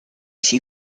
she